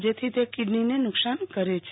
જેથી તે કિડનીને નુકસાન કરે છે